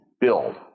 build